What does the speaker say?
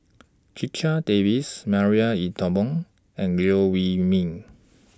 Checha Davies Marie Ethel Bong and Liew Wee Mee